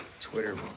Twitter